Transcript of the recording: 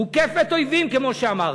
מוקפת אויבים, כמו שאמרתי,